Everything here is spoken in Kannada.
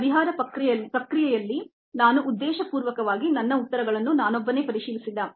ಪರಿಹಾರ ಪ್ರಕ್ರಿಯೆಯಲ್ಲಿ ನಾನು ಉದ್ದೇಶಪೂರ್ವಕವಾಗಿ ನನ್ನ ಉತ್ತರಗಳನ್ನು ನಾನೊಬ್ಬನೇ ಪರಿಶೀಲಿಸಿಲ್ಲ